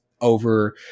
over